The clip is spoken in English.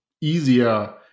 easier